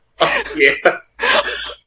yes